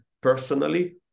personally